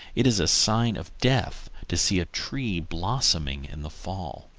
it is a sign of death to see a tree blossoming in the fall.